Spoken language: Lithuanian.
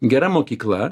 gera mokykla